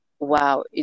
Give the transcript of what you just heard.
Wow